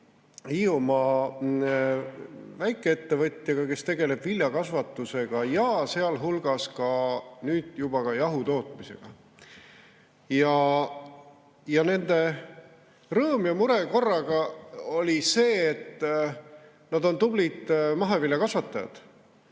Hiiumaa väikeettevõtjaga, kes tegeleb viljakasvatusega ja nüüd juba ka jahutootmisega. Nende rõõm ja mure korraga oli see, et nad on tublid maheviljakasvatajad,